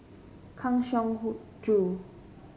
Kang Siong Hoo Joo